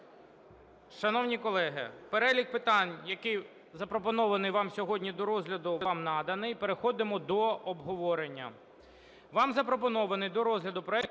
Шановні колеги, перелік питань, який запропонований вам сьогодні до розгляду, вам наданий, переходимо до обговорення.